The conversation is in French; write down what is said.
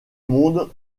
monde